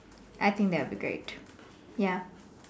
I think that'll be great ya